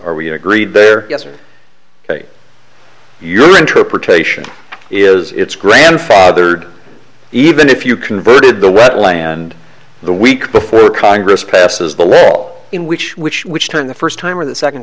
are we agreed there yes or ok your interpretation is it's grandfathered even if you converted the wetland the week before congress passes the law in which which which term the first time or the second